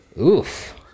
Oof